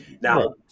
Now